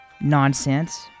nonsense